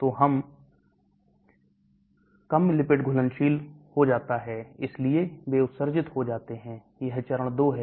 तो यह कम lipid घुलनशील हो जाता है इसलिए वे उत्सर्जित हो जाते हैं यह चरण 2 है